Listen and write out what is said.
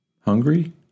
Hungry